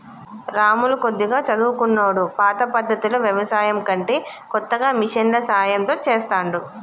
రాములు కొద్దిగా చదువుకున్నోడు పాత పద్దతిలో వ్యవసాయం కంటే కొత్తగా మిషన్ల సాయం తో చెస్తాండు